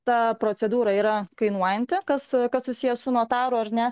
ta procedūra yra kainuojanti kas kas susiję su notaro ar ne